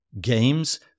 games